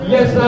Yes